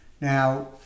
Now